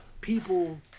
people